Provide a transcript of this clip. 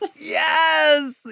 Yes